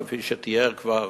כפי שתיאר כבר